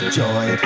joy